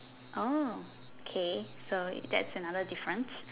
oh K so that's another difference